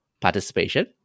participation